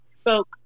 spoke